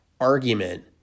argument